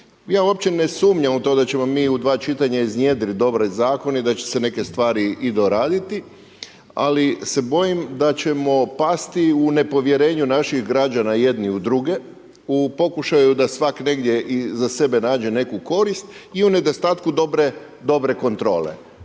Ja uopće ne sumnjam u to, da ćemo mi u dva čitanja, iznjedriti dobre zakone i da će se neke stvari i doraditi. Ali, se bojim da ćemo pasti u nepovjerenju naših građana jedni u druge, u pokušaju da svak negdje i za sebe nađe neku korist i u nedostatku dobre kontrole.